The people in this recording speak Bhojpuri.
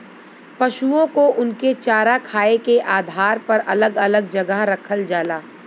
पसुओ को उनके चारा खाए के आधार पर अलग अलग जगह रखल जाला